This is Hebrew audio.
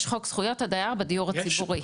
יש חוק זכויות הדייר בדיור הציבורי.